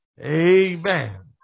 Amen